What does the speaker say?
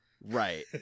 Right